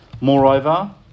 Moreover